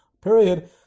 period